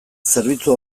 zerbitzu